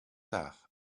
tard